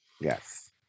Yes